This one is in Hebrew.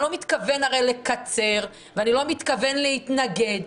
לא מתכוון הרי לקצר ואני לא מתכוון להתנגד,